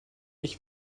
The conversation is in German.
ich